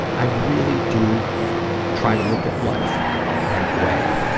i really do try to look at life that way.